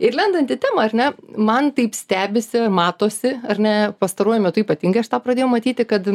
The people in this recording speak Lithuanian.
ir lendant į temą ar ne man taip stebisi matosi ar ne pastaruoju metu ypatingai aš tą pradėjau matyti kad